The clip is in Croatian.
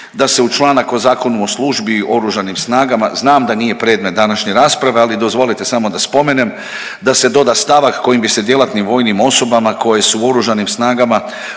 da se u članak o Zakonu o službi u Oružanim snagama, znam da nije predmet današnje rasprave, ali dozvolite samo da spomenem da se dodat stavak kojim se djelatnim vojnim osobama koje su u Oružanim snagama